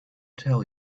tell